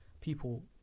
people